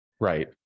right